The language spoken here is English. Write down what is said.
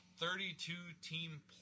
32-team